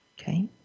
Okay